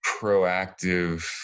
proactive